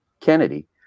Kennedy